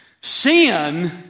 Sin